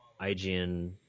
IGN